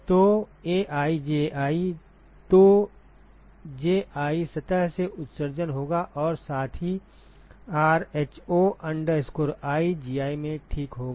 तो AiJi तो Ji सतह से उत्सर्जन होगा और साथ ही rho i Gi में ठीक होगा